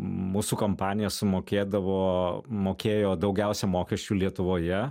mūsų kompanija sumokėdavo mokėjo daugiausia mokesčių lietuvoje